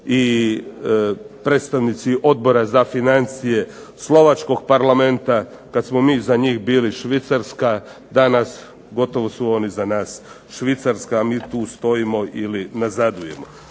i predstavnici Odbora za financije Slovačkog parlamenta kada smo mi za njih bili Švicarska, danas su oni za nas Švicarska, a mi tu stojimo ili nazadujemo.